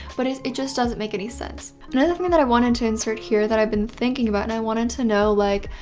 but it just doesn't make any sense. another thing and that i wanted to insert here that i've been thinking about and i wanted to know like